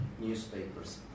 newspapers